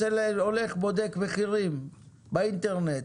הולך, בודק מחירים באינטרנט.